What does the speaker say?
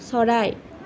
চৰাই